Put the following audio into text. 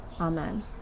Amen